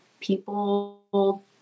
people